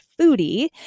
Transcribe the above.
Foodie